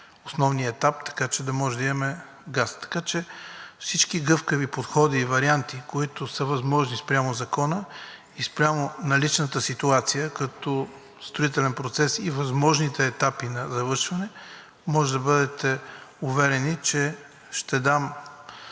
основния етап, така че да може да имаме газ. Всички гъвкави подходи и варианти, които са възможни спрямо закона и спрямо наличната ситуация, като строителен процес и възможните етапи на завършване, можете да бъдете уверени, че ще мога